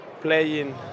playing